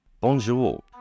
Bonjour